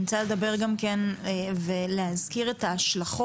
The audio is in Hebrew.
אני רוצה לדבר גם כן ולהזכיר את ההשלכות